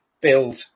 build